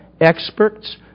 experts